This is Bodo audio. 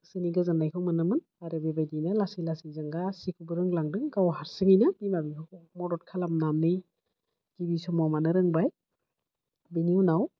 जोंनि गोजोन्नायखौ मोनोमोन आरो बेबायदिनो लासै लासै जों गासैखौबो रोंलांदों गाव हारसिङैनो बिमा बिफाखौ मदद खालामनानै गिबि समाव माने रोंबाय बेनि उनाव